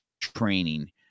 training